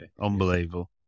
Unbelievable